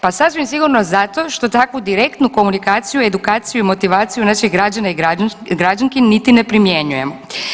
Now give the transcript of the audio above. Pa sasvim sigurno zato što takvu direktnu komunikaciju, edukaciju i motivaciju naših građana i građanki niti ne primjenjujemo.